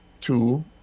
two